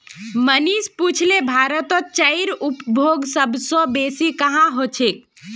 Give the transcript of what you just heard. मनीष पुछले भारतत चाईर उपभोग सब स बेसी कुहां ह छेक